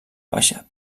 baixa